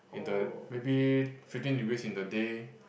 in the maybe fifteen degrees in the day